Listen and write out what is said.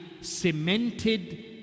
cemented